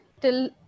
till